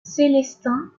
célestin